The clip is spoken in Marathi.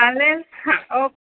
चालेल हां ओक